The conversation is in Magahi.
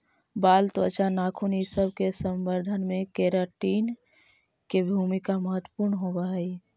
बाल, त्वचा, नाखून इ सब के संवर्धन में केराटिन के भूमिका महत्त्वपूर्ण होवऽ हई